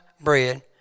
bread